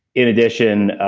in addition,